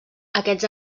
aquests